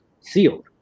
sealed